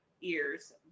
ears